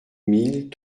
mille